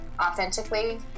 authentically